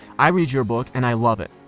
i read your book and i love it.